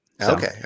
Okay